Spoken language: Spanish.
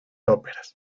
óperas